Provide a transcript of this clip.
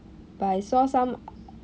but I saw some